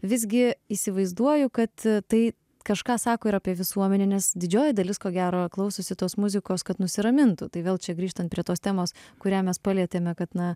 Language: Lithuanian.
visgi įsivaizduoju kad tai kažką sako ir apie visuomenę nes didžioji dalis ko gero klausosi tos muzikos kad nusiramintų tai vėl čia grįžtant prie tos temos kurią mes palietėme kad na